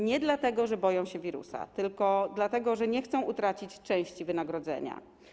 Nie dlatego, że boją się wirusa, tylko dlatego, że nie chcą utracić części wynagrodzenia.